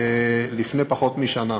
לפני פחות משנה.